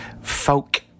folk